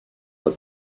that